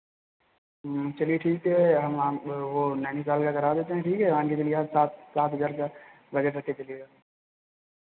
चलिए ठीक है हम आप वो नैनीताल का करा देते हैं ठीक है मान के चलिए सात सात हज़ार तक बजट रख के चलिएगा